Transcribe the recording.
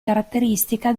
caratteristica